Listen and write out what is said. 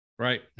Right